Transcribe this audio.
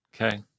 Okay